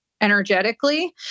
energetically